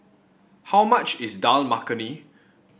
how much is Dal Makhani